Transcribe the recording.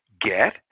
get